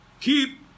Keep